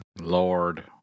Lord